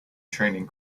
training